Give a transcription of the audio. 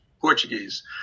Portuguese